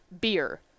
beer